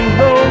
no